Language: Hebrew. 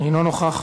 אינו נוכח,